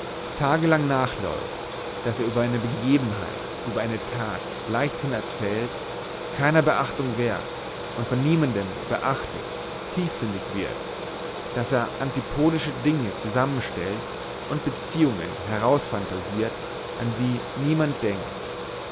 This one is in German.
tagelang nachläuft daß er über eine begebenheit über eine tat leichthin erzählt keiner beachtung wert und von niemanden beachtet tiefsinnig wird daß er antipodische dinge zusammenstellt und beziehungen herausfantasiert an die niemand denkt